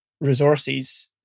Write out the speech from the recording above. resources